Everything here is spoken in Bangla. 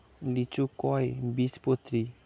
লিচু কয় বীজপত্রী?